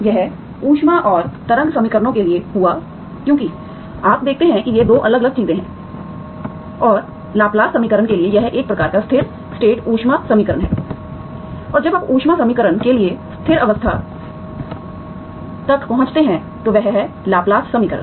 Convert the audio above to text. यह ऊष्मा और तरंग समीकरणों के लिए हुआ क्योंकि आप देखते हैं कि ये 2 अलग अलग चीजें हैं और लाप्लास समीकरण के लिए यह एक प्रकार का स्थिर स्टेट ऊष्मा समीकरण है जब आप ऊष्मा समीकरण के लिए स्थिर अवस्था तक पहुँचते हैं तो वह है लाप्लास समीकरण